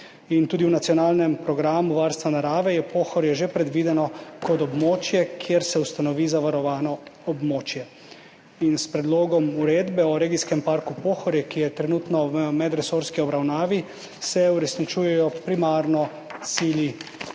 Tudi v nacionalnem programu varstva narave je Pohorje že predvideno kot območje, kjer se ustanovi zavarovano območje. S predlogom uredbe o regijskem parku Pohorje, ki je trenutno v medresorski obravnavi, se uresničujejo primarno cilji